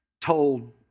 told